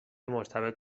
مرتبط